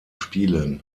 spielen